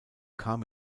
kam